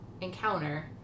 encounter